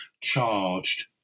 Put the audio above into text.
charged